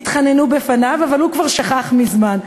התחננו בפניו, אבל הוא כבר שכח מזמן.